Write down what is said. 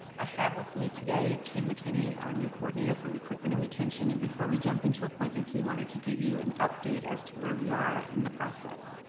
i have with me today kim mckinney, our new coordinator for recruitment and retention, and before we jump into appointments, we wanted to give you an update as to where we are in the process.